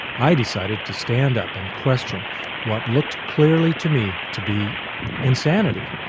i decided to stand up and question what looked clearly to me to be insanity.